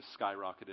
skyrocketed